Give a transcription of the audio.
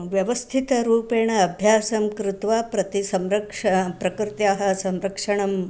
व्यवस्थितरूपेण अभ्यासं कृत्वा प्रति संरक्षणं प्रकृत्याः संरक्षणं